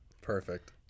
Perfect